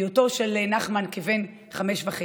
בהיות נחמן כבן חמש וחצי,